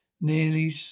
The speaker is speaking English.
nearly